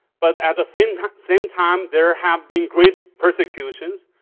but at the same same time there have been great persecutions.